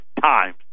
times